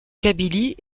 kabylie